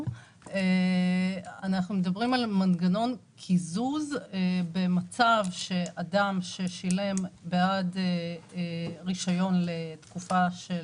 מדברים על מנגנון קיזוז במצב שאדם ששילם בעד רישיון לתקופה של